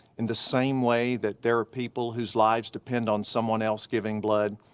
in the same way that there are people whose lives depend on someone else giving blood,